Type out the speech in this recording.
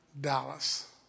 Dallas